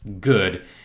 good